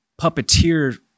puppeteer